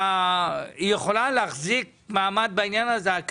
היא יכולה להחזיק מעמד בעניין של אופקים במשך